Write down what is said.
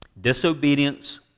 Disobedience